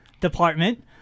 department